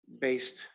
based